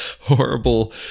horrible